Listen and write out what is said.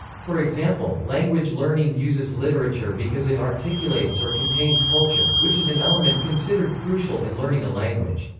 for example, language learning uses literature because it articulates or contains culture, which is an element considered crucial in learning a language.